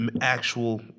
actual